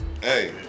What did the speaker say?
hey